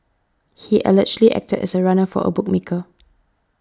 he allegedly acted as a runner for a bookmaker